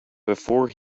before